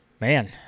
Man